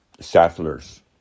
settlers